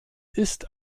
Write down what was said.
ist